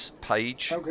page